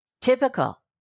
typical